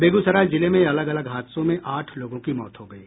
बेगूसराय जिले में अलग अलग हादसों में आठ लोगों की मौत हो गयी